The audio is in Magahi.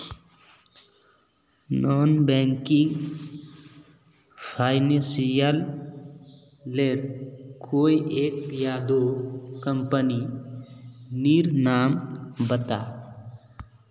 नॉन बैंकिंग फाइनेंशियल लेर कोई एक या दो कंपनी नीर नाम बता?